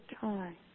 time